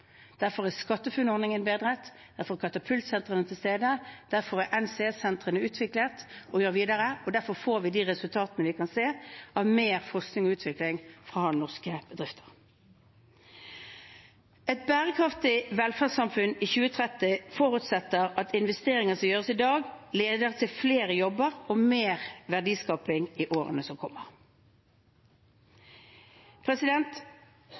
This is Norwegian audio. Derfor er SkatteFUNN-ordningen bedret, derfor er katapultsentrene til stede, derfor er NCE-sentrene utviklet og gjøres videre, og derfor får vi de resultatene vi kan se av mer forskning og utvikling fra norske bedrifter. Et bærekraftig velferdssamfunn i 2030 forutsetter at investeringene som gjøres i dag, leder til flere jobber og mer verdiskaping i årene som